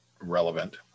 relevant